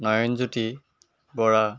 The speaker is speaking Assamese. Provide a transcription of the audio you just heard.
নয়ণজ্যোতি বৰা